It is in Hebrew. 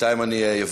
בינתיים אני אברך.